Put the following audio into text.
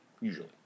usually